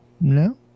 No